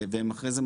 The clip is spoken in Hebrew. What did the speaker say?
אחר כך,